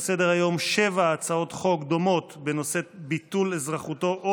על סדר-היום שבע הצעות חוק דומות בנושא ביטול אזרחותו או